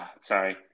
Sorry